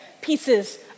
pieces